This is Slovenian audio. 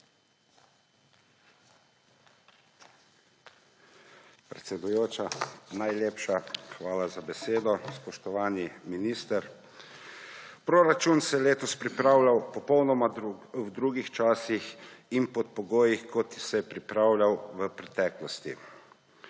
Predsedujoča, najlepša hvala za besedo. Spoštovani minister! Proračun se je letos pripravljal popolnoma v drugih časih in pod pogoji, kot se je pripravljal v preteklosti.